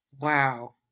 Wow